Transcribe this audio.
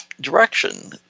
direction